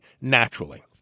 naturally